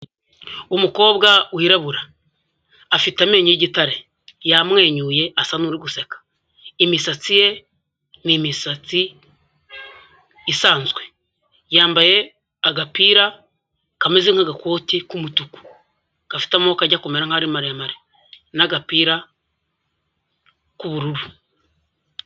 Umukobwa wirabura afite amenyo yigitare yamwenyuye asa n'uri guseka, imisatsi ye ni imisatsi isanzwe, yambaye agapira kameze nk'agakoti k'umutuku gafite amaboko ajya kumera nkaho ari maremare n'agapira k'ubururu.